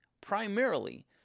primarily